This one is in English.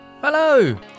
Hello